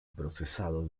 procesado